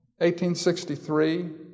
1863